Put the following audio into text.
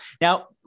Now